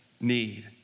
need